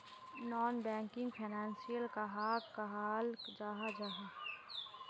Non banking financial कहाक कहाल जाहा जाहा?